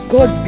God